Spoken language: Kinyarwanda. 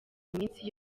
iminsi